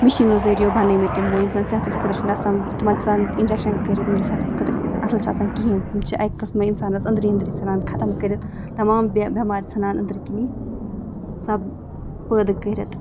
مِشیٖنو ذٔریو بَنٲمِتۍ تِمو یِم زَن صحتَس خٲطرٕ چھِنہٕ آسان تِمَن چھِ آسان اِنجَکشَن کٔرِتھ یِم زَن صحتَس خٲطرٕ اَصٕل چھِ آسان کِہیٖنۍ تِم چھِ اَکہِ قٕسمہٕ اِنسانَس أنٛدری أنٛدری ژھٕنان ختم کٔرِتھ تمام بے بٮ۪مارِ ژھٕنان أنٛدٕرۍ کِنی سب پٲدٕ کٔرِتھ